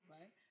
right